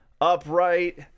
upright